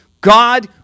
God